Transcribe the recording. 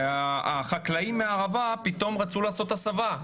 החקלאים מהערבה פתאום רצו לעשות הסבה.